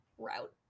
route